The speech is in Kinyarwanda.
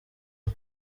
ubu